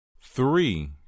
three